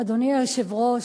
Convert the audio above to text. אדוני היושב-ראש,